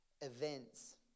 events